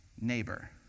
neighbor